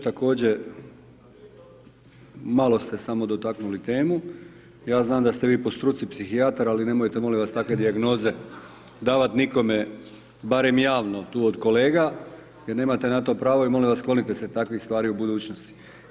Također, malo ste samo dotaknuli temu, ja znam da ste vi po struci psihijatar, ali nemojte molim vas takve dijagnoze davat' nikome, barem javno tu od kolega, jer nemate na to pravo i molim vas sklonite se takvih stvari u budućnosti.